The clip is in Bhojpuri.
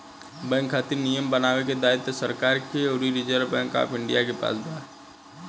बैंक खातिर नियम बनावे के दायित्व सरकार के अउरी रिजर्व बैंक ऑफ इंडिया के पास बा